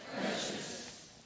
Precious